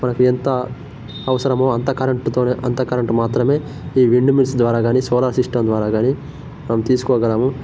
మనకి ఎంత అవసరమో అంత కరంటుతోనే అంత కరంటు మాత్రమే ఈ విండ్ మిల్స్ ద్వారా గానీ సోలార్ సిస్టం ద్వారా గానీ మనం తీసుకోగలము